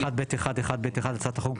סעיף 1(ב1)(1)(ב)(1) להצעת החוק,